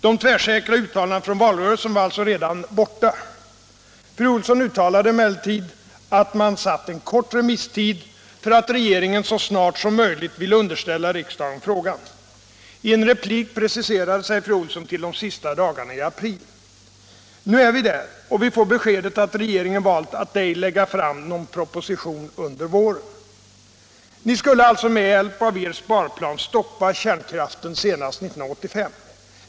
De tvärsäkra uttalandena från valrörelsen var alltså redan borta. Fru Olsson uttalade emellertid att man satt en kort remisstid för att regeringen så snart som möjligt ville underställa riksdagen frågan. I en replik preciserade sig fru Olsson till de sista dagarna i april. Nu är vi där, och vi får beskedet att regeringen valt att ej lägga fram någon proposition under våren. Ni skulle alltså med hjälp av er sparplan stoppa kärnkraften senast 1985.